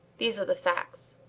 these are the facts.